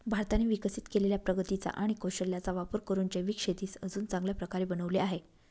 भारताने विकसित केलेल्या प्रगतीचा आणि कौशल्याचा वापर करून जैविक शेतीस अजून चांगल्या प्रकारे बनवले आहे